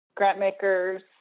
Grantmakers